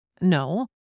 No